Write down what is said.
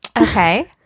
Okay